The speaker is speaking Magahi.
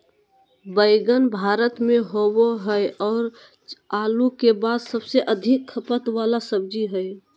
बैंगन भारत में होबो हइ और आलू के बाद सबसे अधिक खपत वाला सब्जी हइ